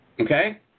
Okay